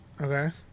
Okay